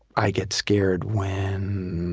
i get scared when